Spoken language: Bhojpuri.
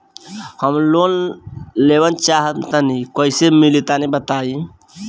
हम लोन लेवल चाह तनि कइसे होई तानि बताईं?